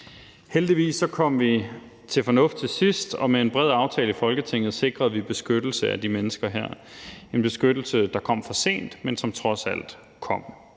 Heldigvis kom vi til fornuft til sidst, og med en bred aftale i Folketinget sikrede vi beskyttelse af de her mennesker. Det var en beskyttelse, som kom for sent, men som trods alt kom.